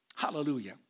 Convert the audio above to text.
Hallelujah